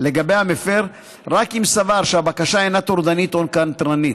לגבי המפר רק אם סבר שהבקשה אינה טורדנית או קנטרנית.